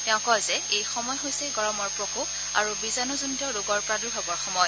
তেওঁ কয় যে এই সময় হৈছে গৰমৰ প্ৰকোপ আৰু বীজাণুজনিত ৰোগৰ প্ৰাদুৰ্ভাৱৰ সময়